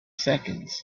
seconds